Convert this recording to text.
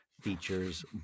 features